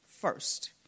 first